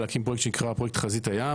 להקים פרויקט שנקרא פרויקט חזית הים,